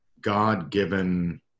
god-given